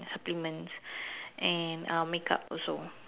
supplements and um makeup also